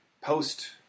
post